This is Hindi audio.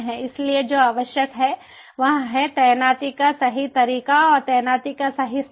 इसलिए जो आवश्यक है वह है तैनाती का सही तरीका और तैनाती का सही स्थान